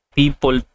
people